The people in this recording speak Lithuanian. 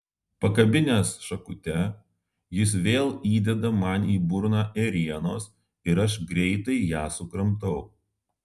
pakabinęs šakute jis vėl įdeda man į burną ėrienos ir aš greitai ją sukramtau